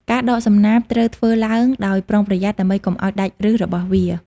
ការដកសំណាបត្រូវធ្វើឡើងដោយប្រុងប្រយ័ត្នដើម្បីកុំឱ្យដាច់ឫសរបស់វា។